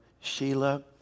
Sheila